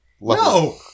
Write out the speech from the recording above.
No